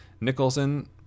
Nicholson